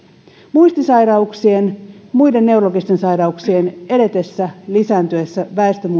muistisairauksien ja muiden neurologisten sairauksien edetessä lisääntyessä väestön